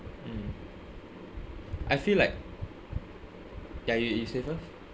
mm I feel like ya you you say first